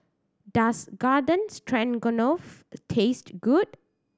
Does Garden Stroganoff taste good